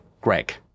greg